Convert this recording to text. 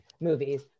movies